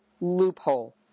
loophole